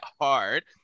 hard